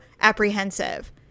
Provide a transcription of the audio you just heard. apprehensive